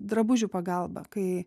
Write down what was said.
drabužių pagalba kai